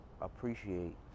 appreciate